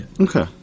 Okay